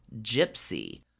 Gypsy